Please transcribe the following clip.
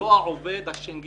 העובד הוא הש"ג